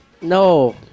no